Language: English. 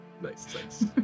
Nice